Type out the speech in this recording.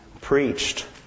preached